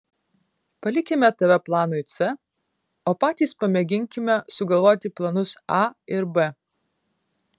palikime tave planui c o patys pamėginkime sugalvoti planus a ir b